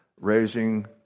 raising